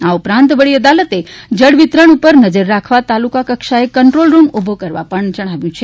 આ ઉપરાંત વડી અદાલતે જળ વિતરણ ઉપર નજર રાખવા તાલુકા કક્ષાએ કંટ્રલ રૂમ ઊભા કરવા પણ જણાવ્યું છે